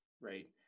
right